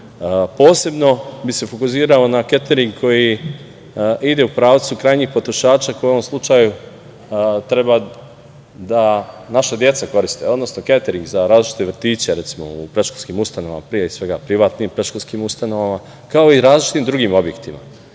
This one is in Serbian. Posebno bih se fokusirao na ketering koji ide u pravcu krajnjih potrošača, koji u ovom slučaju treba da koriste naša deca, odnosno ketering za različite vrtiće, recimo, u predškolskim ustanovama, pre svega privatnim predškolskim ustanovama, kao i različitim drugim objektima. Mislim